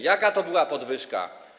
Jaka to była podwyżka?